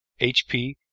HP